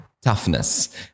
toughness